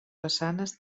façanes